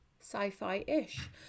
sci-fi-ish